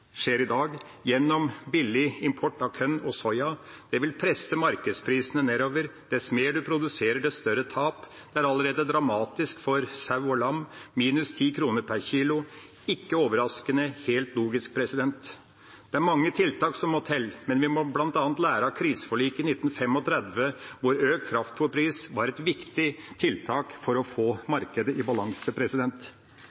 gjennom billig import av korn og soya. Det vil presse markedsprisene nedover. Dess mer en produserer, dess større tap. Det er allerede dramatisk for sau og lam – minus 10 kr per kilo er ikke overraskende, men helt logisk. Det er mange tiltak som må til. Vi må lære bl.a. av kriseforliket i 1935, hvor økt kraftfôrpris var et viktig tiltak for å få